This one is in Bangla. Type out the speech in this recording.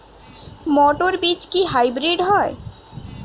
মটর বীজ কি হাইব্রিড হয়?